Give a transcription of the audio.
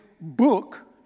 book